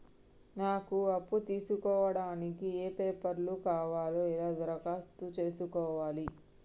నాకు అప్పు తీసుకోవడానికి ఏ పేపర్లు కావాలి ఎలా దరఖాస్తు చేసుకోవాలి?